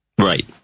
Right